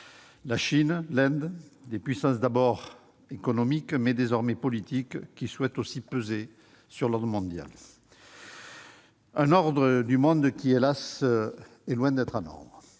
la Chine et l'Inde, des puissances d'abord économiques mais désormais politiques, qui souhaitent aussi peser sur l'ordre du monde. Cet ordre du monde est, hélas, loin d'être en ordre.